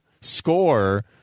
score